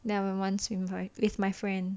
then I went once with my with my friend